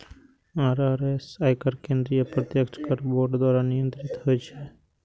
IRS, आयकर केंद्रीय प्रत्यक्ष कर बोर्ड द्वारा नियंत्रित होइ छै